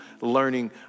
learning